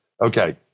okay